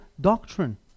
doctrine